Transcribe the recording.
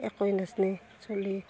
একোৱেই নাজনে চলিয়ে